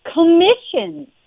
commissions